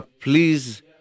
Please